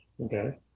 okay